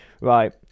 Right